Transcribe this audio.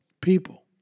people